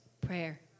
prayer